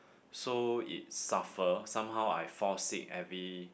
so it suffers somehow I fall sick every